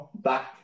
back